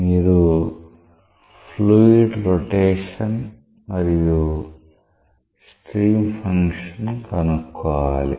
మీరు fluid rotation మరియు stream function కనుక్కోవాలి